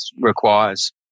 requires